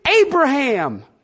Abraham